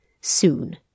Soon